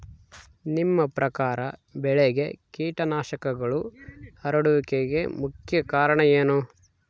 ನಿಮ್ಮ ಪ್ರಕಾರ ಬೆಳೆಗೆ ಕೇಟನಾಶಕಗಳು ಹರಡುವಿಕೆಗೆ ಮುಖ್ಯ ಕಾರಣ ಏನು?